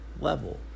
level